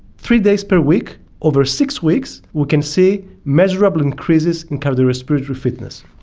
three days per week over six weeks we can see measurable increases in cardiorespiratory fitness.